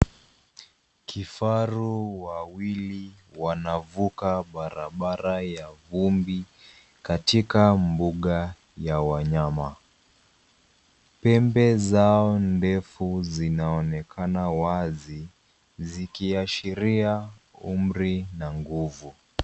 Kifaru wawili wanavuka barabara ya vumbi katika mbuga ya wanyama. Pembe zao ndefu zinaonekana wazi zikiashiria umri na nguvu.